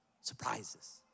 Surprises